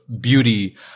beauty